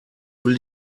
will